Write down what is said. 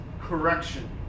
correction